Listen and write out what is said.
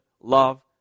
love